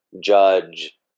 judge